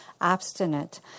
abstinent